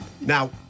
Now